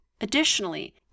Additionally